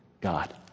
God